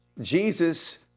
Jesus